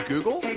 google. hey,